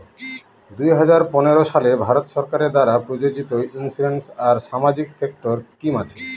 দুই হাজার পনেরো সালে ভারত সরকার দ্বারা প্রযোজিত ইন্সুরেন্স আর সামাজিক সেক্টর স্কিম আছে